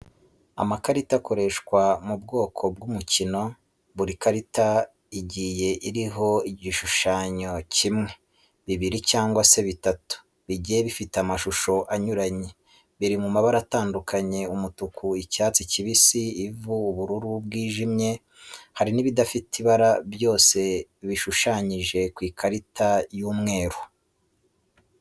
Amakarita akoreshwa mu bwoko bw'umukino, buri karita igiye iriho igishushanye kimwe, bibiri cyangwa se bitatu, bigiye bifite amashusho anyuranye, biri mu mabara atandukanye umutuku, icyatsi kibisi, ivu, ubururu bwijimye hari n'ibidafite ibara byose bishushanyije ku ikarita y'umweru.